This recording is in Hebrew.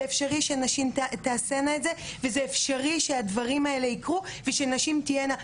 זה אפשרי שנשים תעשנה את זה וזה אפשרי שהדברים האלה ייקרו ושנשים תיהנה.